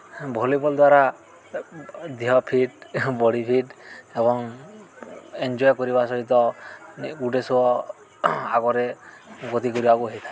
volleyball ଦ୍ୱାରା ଦେହ fit body fit ଏବଂ ଏନ୍ଜଏ କରିବା ସହିତ ଗୋଟେ ଆଗରେ ଗତି କରିବାକୁ ହୋଇଥାଏ